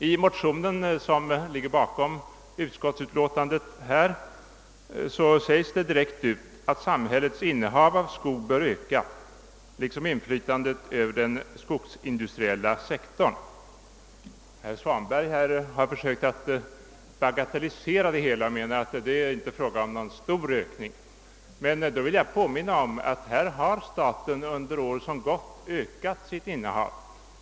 I den motion som ligger bakom utskottets utlåtande säges direkt ut att samhällets innehav av skog bör öka liksom inflytandet över den skogsindustriella sektorn. Herr Svanberg har här försökt att bagatellisera det hela och säga att det inte är fråga om någon stor ökning. Då vill jag påminna om att staten här under de år som gått ökat sitt innehav.